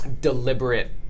deliberate